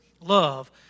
love